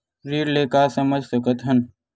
ऋण ले का समझ सकत हन?